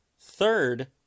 third